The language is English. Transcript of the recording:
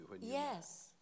Yes